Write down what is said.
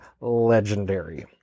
legendary